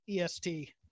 EST